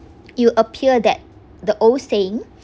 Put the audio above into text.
you appear that the old saying